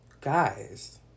guys